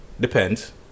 Depends